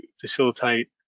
facilitate